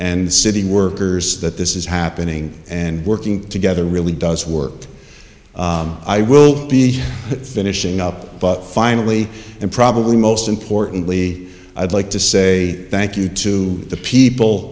and city workers that this is happening and working together really does work i will be finishing up finally and probably most importantly i'd like to say thank you to the people